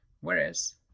whereas